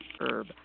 herb